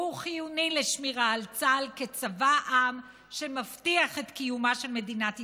והוא חיוני לשמירה על צה"ל כצבא העם שמבטיח את קיומה של מדינת ישראל.